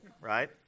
right